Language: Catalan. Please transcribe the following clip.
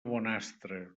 bonastre